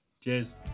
Cheers